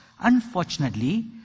unfortunately